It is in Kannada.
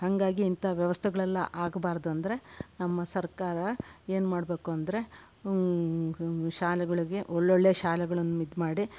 ಹಂಗಾಗಿ ಇಂಥ ವ್ಯವಸ್ಥೆಗಳೆಲ್ಲ ಆಗಬಾರ್ದಂದರೆ ನಮ್ಮ ಸರ್ಕಾರ ಏನು ಮಾಡ್ಬೇಕು ಅಂದರೆ ಶಾಲೆಗಳಿಗೆ ಒಳ್ಳೊಳ್ಳೆ ಶಾಲೆಗಳನ್ನು ಇದು ಮಾಡಿ